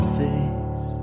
face